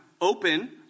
open